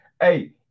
Hey